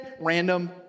random